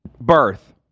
Birth